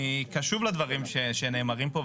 אני קשוב לדברים שנאמרים פה.